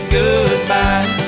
goodbye